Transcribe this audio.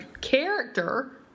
character